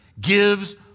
gives